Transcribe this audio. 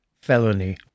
felony